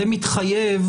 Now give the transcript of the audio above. זו הגנה על המתפללים.